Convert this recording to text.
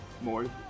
more